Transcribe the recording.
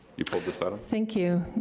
you pulled this item? thank you,